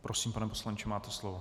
Prosím, pane poslanče, máte slovo.